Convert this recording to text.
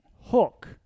Hook